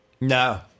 No